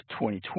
2020